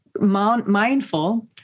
mindful